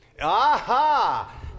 Aha